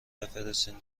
بفرستین